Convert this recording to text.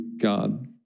God